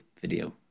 video